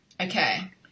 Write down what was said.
Okay